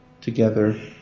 together